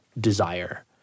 desire